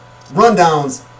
rundowns